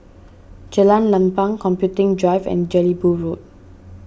Jalan Lapang Computing Drive and Jelebu Road